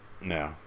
No